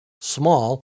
small